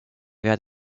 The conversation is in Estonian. vead